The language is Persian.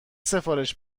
سفارش